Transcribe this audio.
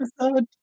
episode